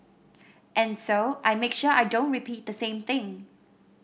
and so I make sure I don't repeat the same thing